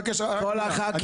כי אי-אפשר לנהל מולם --- חברים,